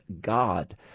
God